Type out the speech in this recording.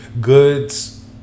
goods